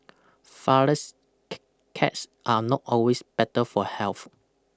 flourless cakes are not always better for health